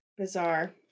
Bizarre